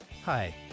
Hi